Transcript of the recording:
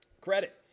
Credit